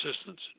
assistance